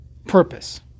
Purpose